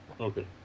Okay